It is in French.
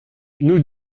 nous